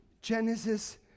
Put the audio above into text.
Genesis